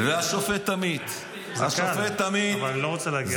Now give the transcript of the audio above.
זה קל, אבל אני לא רוצה להגיע לשם.